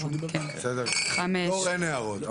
פה אין הערות.